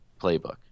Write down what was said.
playbook